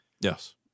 Yes